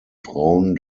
frauen